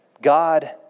God